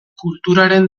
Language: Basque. kulturaren